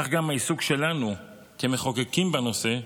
כך גם העיסוק שלנו כמחוקקים בנושא,